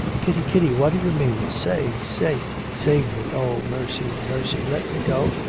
kitty, kitty, what do you mean? say, say save me oh mercy, mercy! let me go,